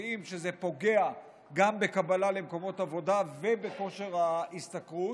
יודעים שזה פוגע גם בקבלה למקומות עבודה ובכושר ההשתכרות.